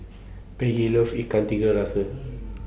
Peggy loves Ikan Tiga Rasa